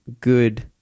good